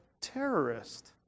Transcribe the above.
terrorist